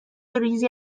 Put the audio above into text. ریزی